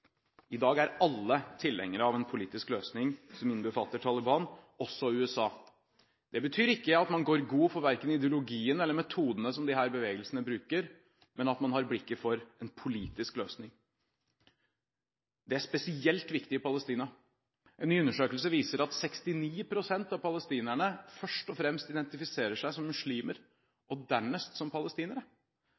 I dag er alle tilhengere av en politisk løsning som innbefatter Taliban – også USA. Det betyr ikke at man går god for verken idelogien deres eller metodene som disse bevegelsene bruker, men at man har blikket for en politisk løsning. Dette er spesielt viktig i Palestina. En ny undersøkelse viser at 69 pst. av palestinerne først og fremst identifiserer seg som muslimer og dernest som palestinere.